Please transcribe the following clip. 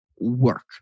work